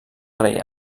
rei